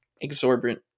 exorbitant